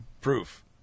proof